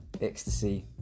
Ecstasy